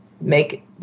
make